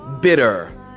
bitter